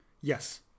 Yes